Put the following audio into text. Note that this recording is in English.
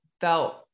felt